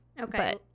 Okay